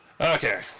Okay